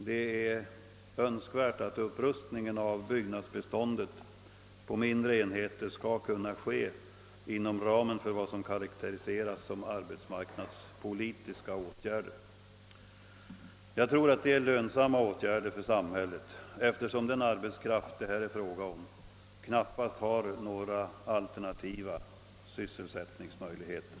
Det är önskvärt att upprustningen av byggnadsbeståndet på mindre enheter skall kunna ske inom ramen för vad som karakteriseras som arbetsmarknadspolitiska åtgärder. Jag tror att det är lönsamma åtgärder för samhället, eftersom den arbetskraft det här är fråga om knappast har några alternativa sysselsättningsmöjligheter.